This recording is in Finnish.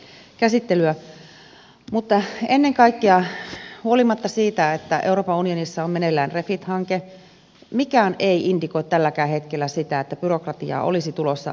mutta ennen kaikkea huolimatta siitä että euroopan unionissa on meneillään refit hanke mikään ei indikoi tälläkään hetkellä sitä että byrokratiaa olisi tulossa vähemmän